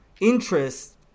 interest